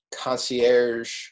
concierge